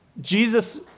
Jesus